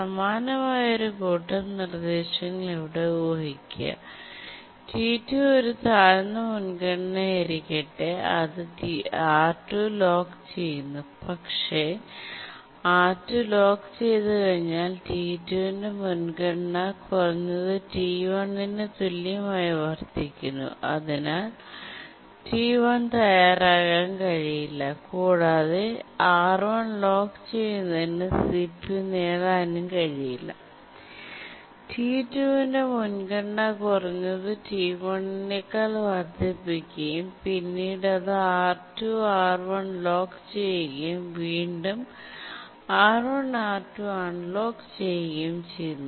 സമാനമായ ഒരു കൂട്ടം നിർദ്ദേശങ്ങൾ ഇവിടെ ഊഹിക്കുക T2 ഒരു താഴ്ന്ന മുൻഗണനയായിരിക്കട്ടെ അത് R2 ലോക്ക് ചെയ്യുന്നു പക്ഷേ അത് R2 ലോക്ക് ചെയ്തുകഴിഞ്ഞാൽ T2 ന്റെ മുൻഗണന കുറഞ്ഞത് T1 ന് തുല്യമായി വർദ്ധിക്കുന്നു അതിനാൽ T1 തയ്യാറാകാൻ കഴിയില്ല കൂടാതെ R1 ലോക്ക് ചെയ്യുന്നതിന് CPU നേടാനും കഴിയില്ല T2 ന്റെ മുൻഗണന കുറഞ്ഞത് T1 നെക്കാൾ വർദ്ധിപ്പിക്കുകയും പിന്നീട് അത് R2 R1 ലോക്ക് ചെയ്യുകയും വീണ്ടും R1 R2 അൺലോക്ക് ചെയ്യുകയും ചെയ്യുന്നു